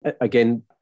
again